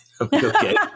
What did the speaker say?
Okay